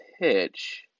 pitch